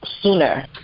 sooner